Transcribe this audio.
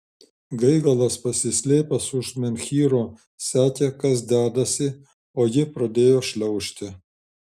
gaigalas pasislėpęs už menhyro sekė kas dedasi o ji pradėjo šliaužti